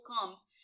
comes